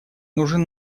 нужен